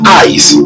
eyes